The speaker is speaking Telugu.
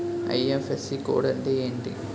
ఐ.ఫ్.ఎస్.సి కోడ్ అంటే ఏంటి?